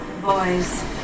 Boys